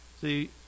See